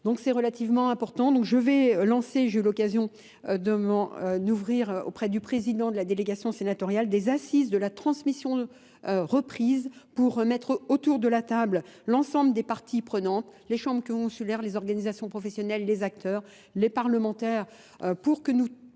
Donc c'est relativement important. Je vais lancer, j'ai eu l'occasion d'ouvrir auprès du Président de la délégation sénatoriale, des assises de la transmission reprise pour mettre autour de la table l'ensemble des partis prenants, les chambres consulaires, les organisations professionnelles, les acteurs, les parlementaires, pour que nous